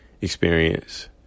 experience